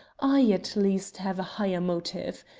i, at least, have a higher motive.